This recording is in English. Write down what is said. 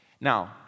Now